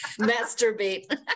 masturbate